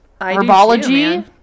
herbology